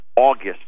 August